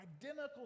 identical